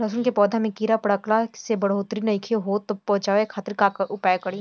लहसुन के पौधा में कीड़ा पकड़ला से बढ़ोतरी नईखे होत बचाव खातिर का उपाय करी?